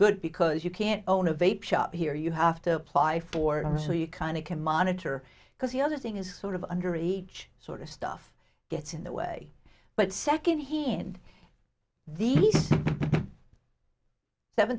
good because you can't own a vapor shop here you have to apply for it so you kind of can monitor because the other thing is sort of under each sort of stuff gets in the way but second hand these seven